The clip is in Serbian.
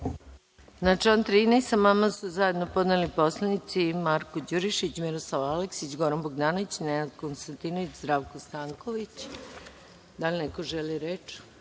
član 13. amandman su zajedno podneli poslanici Marko Đurišić, Miroslav Aleksić, Goran Bogdanović, Nenad Konstantinović i Zdravko Stanković. Da li neko želi reč? Na